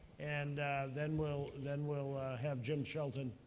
and then we'll then we'll have jim shelton